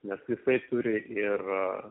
nes jisai turi ir